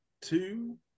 two